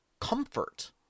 comfort